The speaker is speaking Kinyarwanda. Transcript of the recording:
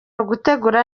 ugutegura